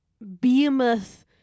behemoth